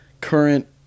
current